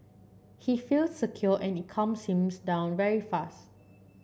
he feels secure and it calms him down very fast